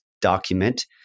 document